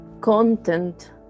content